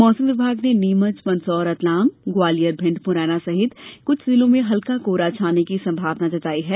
मौसम विभाग ने नीमच मंदसौर रतलाम ग्वालियर भिण्ड मुरैना सहित कुछ जिलों में हल्का कोहरा छाने की संभावना जताई है